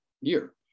year